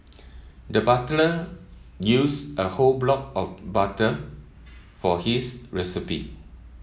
the used a whole block of butter for his recipe